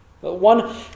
One